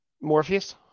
Morpheus